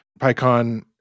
PyCon